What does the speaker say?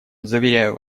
заверяю